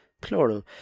plural